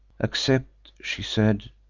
accept, she said,